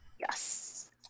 yes